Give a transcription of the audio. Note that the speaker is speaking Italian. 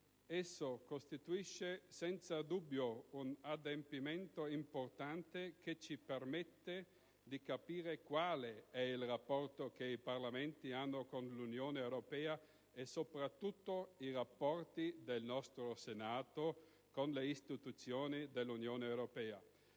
Esso costituisce, senza dubbio, un adempimento importante, che ci permette di capire quale sia il rapporto che i Parlamenti hanno con l'Unione europea, e soprattutto i rapporti del nostro Senato con le istituzioni dell'Unione europea.